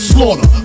Slaughter